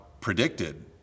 predicted